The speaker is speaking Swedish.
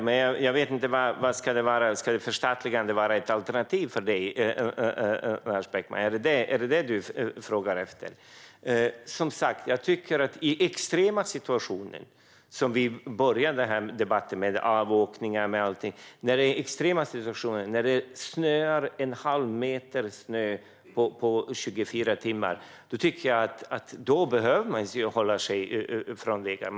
Men jag vet inte om ett förstatligande skulle ett alternativ för dig, Lars Beckman. Är det detta du frågar efter? Jag tycker som sagt att i extrema situationer, som vi började debatten med, när det gäller avåkningar och så vidare och när det kommer en halv meter snö på 24 timmar kan man behöva hålla sig ifrån vägarna.